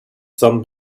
sun